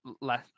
less